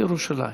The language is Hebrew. לירושלים.